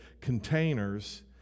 containers